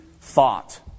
thought